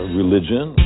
religion